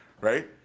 Right